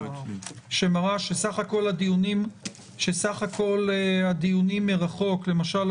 שמראה שסך הכול הדיונים מרחוק למשל,